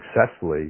successfully